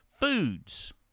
foods